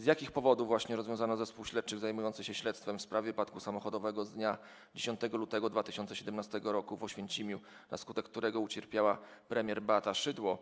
Z jakich powodów rozwiązano zespół śledczych zajmujący się śledztwem w sprawie wypadku samochodowego z dnia 10 lutego 2017 r. w Oświęcimiu, na skutek którego ucierpiała premier Beata Szydło,